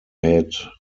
had